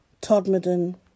Todmorden